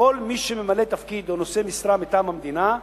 לכל מי שממלא תפקיד או נושא משרה מטעם המדינה,